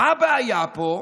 מה הבעיה פה?